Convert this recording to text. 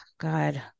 God